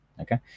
Okay